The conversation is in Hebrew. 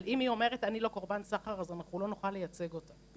אבל אם היא אומרת שהיא לא קורבן סחר אז אנחנו לא נוכל לייצג אותה.